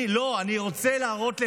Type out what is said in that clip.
לא, אני רוצה להראות לך,